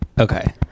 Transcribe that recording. okay